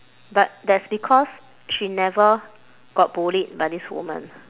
but that's because she never got bullied by this woman